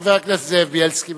חבר הכנסת זאב בילסקי,